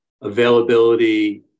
availability